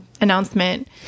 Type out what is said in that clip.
announcement